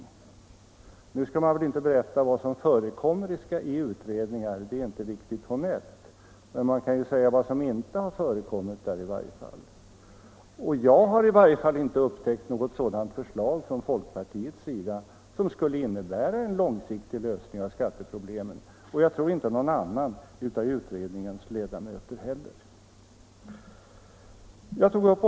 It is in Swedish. Nu skall man väl inte berätta vad som förekommer i utredningar — det är inte riktigt honnett — men man kan ju säga vad som inte har förekommit där. Jag har i varje fall inte upptäckt något sådant förslag från folkpartiet som skulle innebära en långsiktig lösning av skatteproblemen, och jag tror inte att någon annan av utredningens ledamöter heller har gjort det.